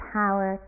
power